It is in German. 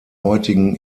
heutigen